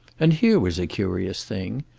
and here was a curious thing.